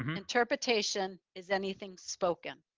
um interpretation is anything spoken.